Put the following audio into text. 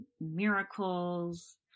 miracles